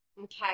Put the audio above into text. Okay